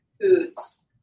foods